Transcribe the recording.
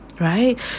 right